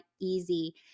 easy